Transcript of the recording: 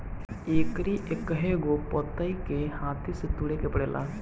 एकरी एकहगो पतइ के हाथे से तुरे के पड़ेला